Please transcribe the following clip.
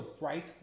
right